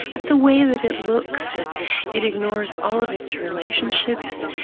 at the way that it looks. it it ignores all of its relationships.